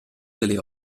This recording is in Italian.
delle